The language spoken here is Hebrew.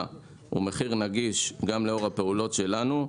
הוא מחיר נגיש גם לאור הפעולות שלנו,